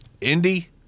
Indy